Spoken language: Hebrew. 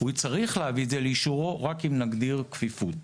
הוא צריך להביא את זה לאישורו רק אם נגדיר כפיפות.